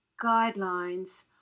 guidelines